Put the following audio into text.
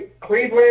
Cleveland